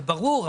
זה ברור,